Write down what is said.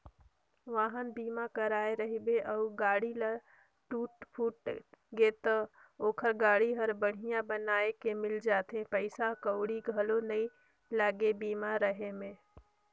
वाहन बीमा कराए रहिबे अउ गाड़ी ल टूट फूट गे त ओखर गाड़ी हर बड़िहा बनाये के मिल जाथे पइसा कउड़ी घलो नइ लागे बीमा रहें में